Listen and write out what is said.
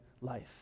life